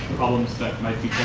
problems that might